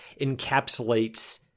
encapsulates